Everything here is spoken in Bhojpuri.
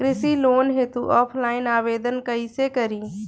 कृषि लोन हेतू ऑफलाइन आवेदन कइसे करि?